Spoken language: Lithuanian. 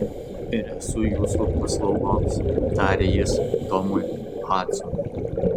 ir esu jūsų paslaugoms tarė jis tomui hadsonui